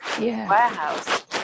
warehouse